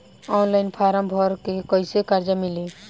Online form भर के कैसे कर्जा मिली?